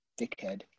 dickhead